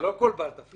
זה לא כל בעל תפקיד.